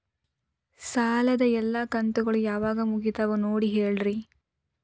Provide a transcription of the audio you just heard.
ಸಾಲದ ಎಲ್ಲಾ ಕಂತು ಯಾವಾಗ ಮುಗಿತಾವ ನೋಡಿ ಹೇಳ್ರಿ